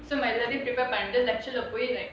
so my let me prepare my lecture போய்டுவேன்:poyiduvaen